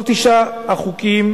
כל תשעת החוקים